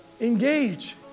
engage